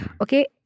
Okay